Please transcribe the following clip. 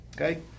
Okay